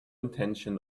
intention